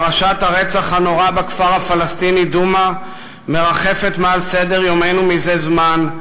פרשת הרצח הנורא בכפר הפלסטיני דומא מרחפת מעל סדר-יומנו מזה זמן,